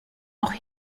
auch